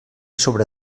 sobre